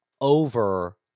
over